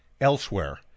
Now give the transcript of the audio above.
elsewhere